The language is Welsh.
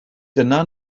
dyna